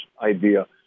idea